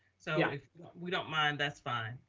so yeah if we don't mind, that's fine.